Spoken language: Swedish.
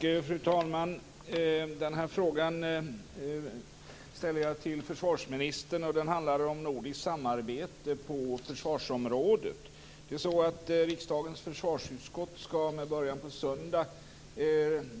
Fru talman! Den här frågan ställer jag till försvarsministern. Den handlar om nordiskt samarbete på försvarsområdet. Riksdagens försvarsutskott skall med början på söndag